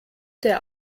der